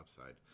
upside